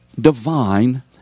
divine